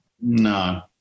no